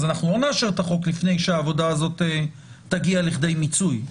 אז לא נאשר את החוק לפני שהעבודה הזאת תגיע לידי מיצוי.